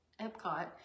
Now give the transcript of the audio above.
epcot